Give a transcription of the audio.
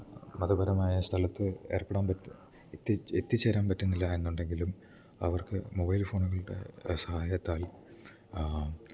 മതപരമായ സ്ഥലത്ത് ഏർപ്പെടാൻ പറ്റുക എത്തിച്ചേരാൻ പറ്റുന്നില്ല എന്നുണ്ടെങ്കിലും അവർക്ക് മൊബൈൽ ഫോണുകളുടെ സഹായത്താൽ